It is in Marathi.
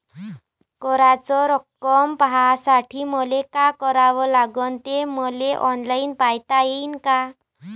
कराच रक्कम पाहासाठी मले का करावं लागन, ते मले ऑनलाईन पायता येईन का?